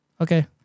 Okay